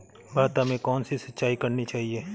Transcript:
भाता में कौन सी सिंचाई करनी चाहिये?